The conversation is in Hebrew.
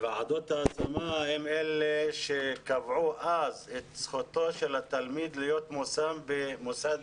ועדות ההשמה הן אלה שקבעו אז את זכותו שהתלמיד להיות מושם במוסד